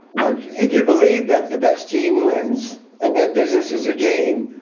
if you believe that the best team wins and that business is a game,